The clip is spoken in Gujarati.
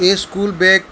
A school bag